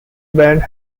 band